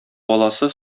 баласы